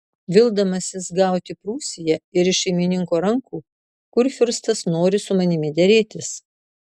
vildamasis gauti prūsiją ir iš šeimininko rankų kurfiurstas nori su manimi derėtis